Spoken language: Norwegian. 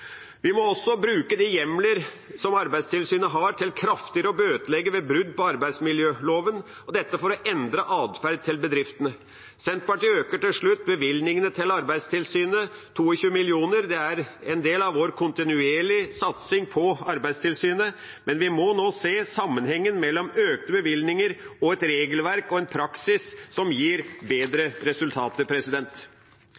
Vi må også bruke de hjemler som Arbeidstilsynet har, til kraftigere å bøtelegge ved brudd på arbeidsmiljøloven – dette for å endre adferden til bedriftene. Senterpartiet øker bevilgningene til Arbeidstilsynet med 22 mill. kr. Det er en del av vår kontinuerlige satsing på Arbeidstilsynet, men vi må nå se sammenhengen mellom økte bevilgninger og et regelverk og en praksis som gir bedre